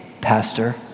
Pastor